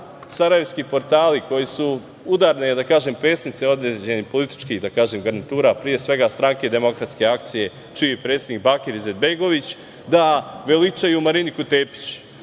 sarajevski portali koji su udarne pesnice određenih političkih garnitura, pre svega Stranke demokratske akcije, čiji je predsednik Bakir Izetbegović, veličaju Mariniku Tepić